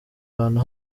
abantu